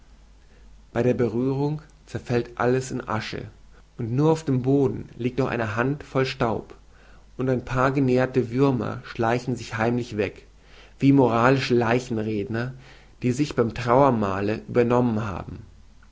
bei der berührung zerfällt alles in asche und nur auf dem boden liegt noch eine handvoll staub und ein paar genährte würmer schleichen sich heimlich weg wie moralische leichenredner die sich beim trauermahle übernommen haben